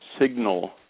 signal